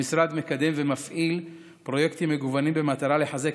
המשרד מפעיל פרויקטים מגוונים במטרה לחזק